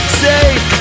safe